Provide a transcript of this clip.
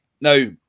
Now